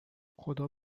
خدا